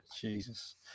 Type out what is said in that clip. Jesus